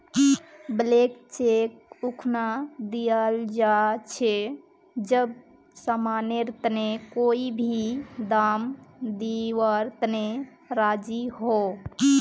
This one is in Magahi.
ब्लैंक चेक उखना दियाल जा छे जब समानेर तने कोई भी दाम दीवार तने राज़ी हो